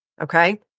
Okay